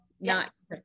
Yes